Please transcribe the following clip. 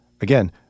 Again